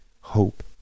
hope